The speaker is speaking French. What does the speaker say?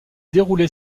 déroulé